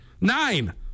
Nine